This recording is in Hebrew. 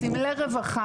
סמלי רווחה,